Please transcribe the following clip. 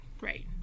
right